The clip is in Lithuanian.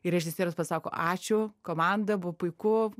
ir režisierius pasako ačiū komanda buvo puiku